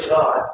God